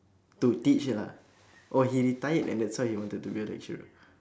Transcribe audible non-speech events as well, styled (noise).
to teach ah oh he retired and that's why he wanted to be a lecturer (breath)